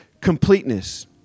completeness